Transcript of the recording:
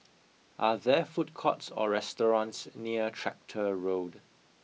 are there food courts or restaurants near Tractor Road